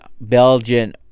Belgian